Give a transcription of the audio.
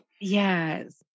Yes